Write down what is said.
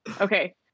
okay